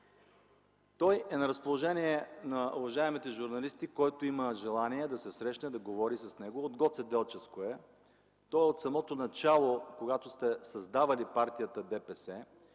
Той е на разположение на уважаемите журналисти – който има желание, да се срещне, да говори с него. От Гоцеделчевско е. Той е от самото начало, когато сте създавали партията ДПС,